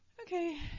Okay